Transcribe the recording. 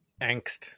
angst